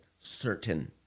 certain